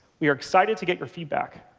we are excited to get your feedback.